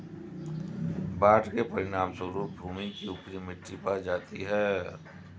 बाढ़ के परिणामस्वरूप भूमि की ऊपरी मिट्टी बह जाती है